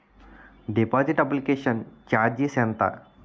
Deposit application charges ఎంత?